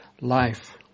life